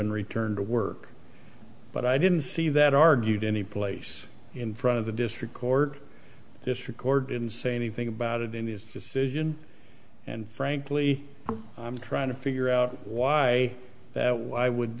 in return to work but i didn't see that argued anyplace in front of the district court this record didn't say anything about it in his decision and frankly i'm trying to figure out why that why would